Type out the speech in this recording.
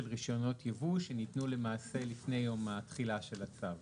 רישיונות יבוא שניתנו למעשה לפני יום התחילה של הצו.